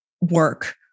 work